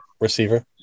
receiver